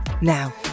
Now